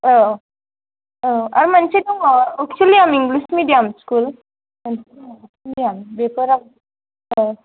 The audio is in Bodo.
औ आरो मोनसे दं अगजिलियाम इंगलिस मिडियाम स्कुल